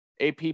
AP